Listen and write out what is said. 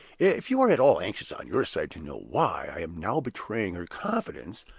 if you are at all anxious on your side to know why i am now betraying her confidence,